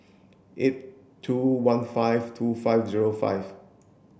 eight two one five two five zero five